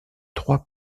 trois